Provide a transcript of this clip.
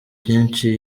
byinshi